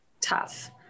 tough